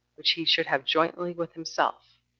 which he should have jointly with himself,